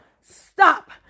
Stop